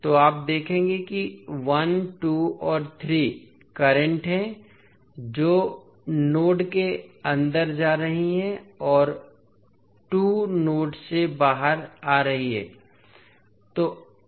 तो आप देखेंगे कि 1 2 और 3 करंट हैं जो नोड के अंदर जा रही हैं और 2 नोड से बाहर आ रही हैं